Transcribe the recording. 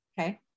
okay